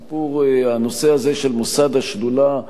הסיפור, הנושא הזה של מוסד השדולה,